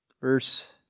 Verse